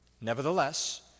Nevertheless